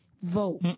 vote